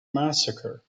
massacre